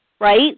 right